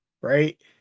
right